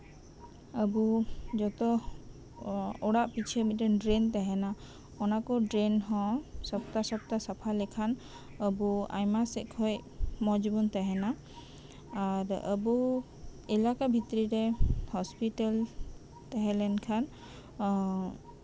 ᱟᱵᱚ ᱡᱚᱛᱚ ᱚᱲᱟᱜ ᱯᱤᱪᱷᱩ ᱰᱨᱮᱱ ᱛᱟᱸᱡᱦᱮᱱᱟ ᱚᱱᱟᱠᱚ ᱰᱨᱮᱱ ᱦᱚᱸ ᱥᱚᱯᱛᱟ ᱥᱚᱯᱛᱟ ᱥᱟᱯᱷᱟ ᱞᱮᱠᱷᱟᱱ ᱟᱵᱚ ᱟᱭᱢᱟ ᱥᱮᱫ ᱠᱷᱚᱡ ᱢᱚᱸᱡ ᱵᱚᱱ ᱛᱟᱸᱦᱮᱱᱟ ᱟᱨ ᱟᱵᱚ ᱮᱞᱟᱠᱟ ᱵᱷᱤᱛᱨᱤ ᱨᱮ ᱦᱚᱥᱯᱤᱴᱟᱞ ᱛᱟᱸᱦᱮ ᱞᱮᱱᱠᱷᱟᱱ